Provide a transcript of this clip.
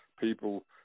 people